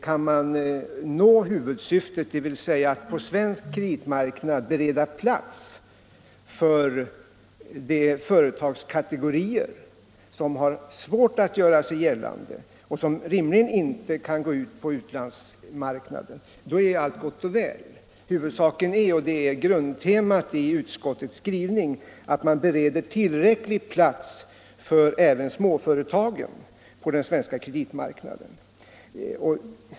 Kan man nå huvudsyftet, dvs. att på svensk kreditmarknad bereda plats för de företagskategorier som har svårt att göra sig gällande och som rimligen inte kan gå ut på utlandsmarknaden, är allt gott och väl. Huvudsaken är — det är grundtemat i utskottets skrivning — att man bereder tillräcklig plats på den svenska kreditmarknaden även för småföretagen.